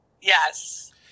Yes